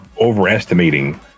overestimating